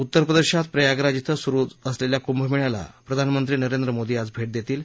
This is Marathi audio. उत्तर प्रदेशात प्रयागराज ॐ सुरु असलेल्या कुंभमेळ्याला प्रधानमंत्री नरेंद्र मोदी आज भेट देतील